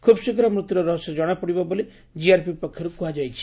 ଖୁବ୍ଶୀଘ୍ର ମୃତ୍ୟୁର ରହସ୍ୟ ଜଶାପଡିବ ବୋଲି ଜିଆରପି ପକ୍ଷରୁ କୁହାଯାଇଛି